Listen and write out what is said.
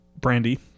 Brandy